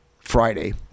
Friday